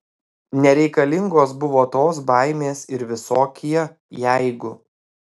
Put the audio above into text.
nereikalingos buvo tos baimės ir visokie jeigu